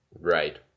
Right